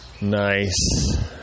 nice